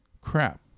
crap